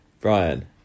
Brian